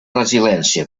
resiliència